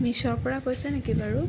মিছ'ৰ পৰা কৈছে নেকি বাৰু